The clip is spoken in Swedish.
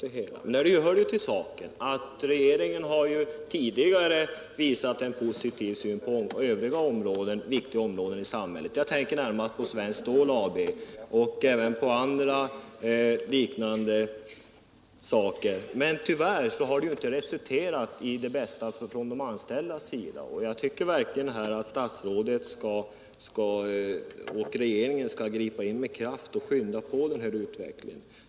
Det hör till saken att regeringen tidigare har visat en s.k. positiv inställning till övriga viktiga områden i samhället — jag tänker närmast på Svenskt Stål AB och andra liknande områden — men tyvärr har inte det gett de bästa resultaten, sett ur de anställdas synpunkt. Jag tycker att statsrådet och regeringen i övrigt skall gripa in med kraft och skynda på utvecklingen.